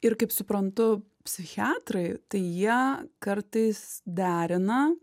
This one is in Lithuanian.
ir kaip suprantu psichiatrai tai jie kartais derina